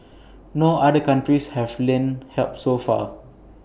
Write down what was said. no other countries have lent help so far